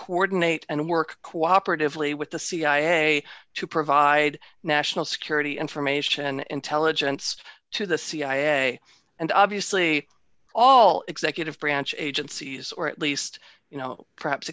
coordinate and work cooperatively with the cia to provide national security information intelligence to the cia and obviously all executive branch agencies or at least you know perhaps